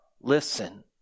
listen